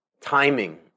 timing